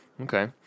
Okay